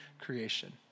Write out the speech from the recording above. creation